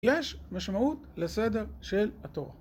יש משמעות לסדר של התור